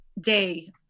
day